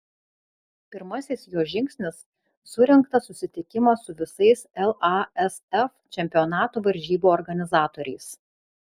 pirmasis jo žingsnis surengtas susitikimas su visais lasf čempionatų varžybų organizatoriais